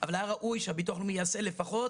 אבל היה ראוי שהביטוח הלאומי יעשה לפחות